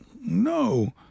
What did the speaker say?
No